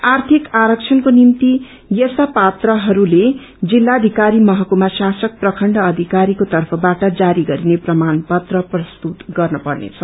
आर्थिक आरबणको निम्ति यस्ता पात्रहरूले जिल्लाषिकारी महकुमा शासक प्रखण्ड अधिकारीको तर्फवाट जारी गरिने प्रमाण पत्र प्रस्तुत गर्न पर्नेछ